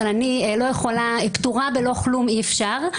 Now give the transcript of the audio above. אבל פטור בלא כלום אי-אפשר.